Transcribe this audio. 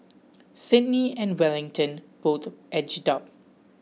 Sydney and Wellington both edged up